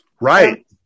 right